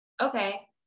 okay